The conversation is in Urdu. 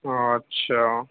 اچھا